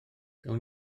gawn